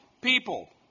people